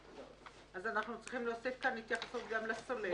אז אנחנו צריכים להוסיף כאן התייחסות גם לסולק.